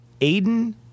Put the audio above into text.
Aiden